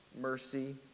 mercy